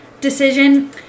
decision